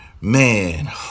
Man